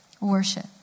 worship